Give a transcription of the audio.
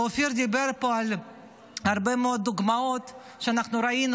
אופיר דיבר פה על הרבה מאוד דוגמאות שאנחנו ראינו,